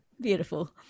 beautiful